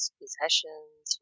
possessions